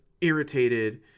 irritated